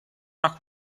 una